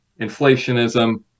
inflationism